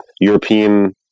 European